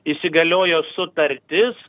įsigaliojo sutartis